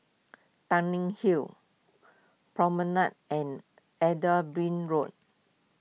Tanglin Hill Promenade and Edinburgh Road